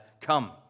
come